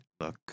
Look